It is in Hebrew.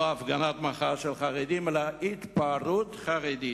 לא הפגנת מחאה של חרדים, אלא התפרעות חרדית.